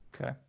Okay